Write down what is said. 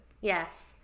Yes